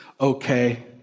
okay